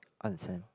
understand